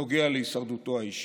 נוגע להישרדותו האישית.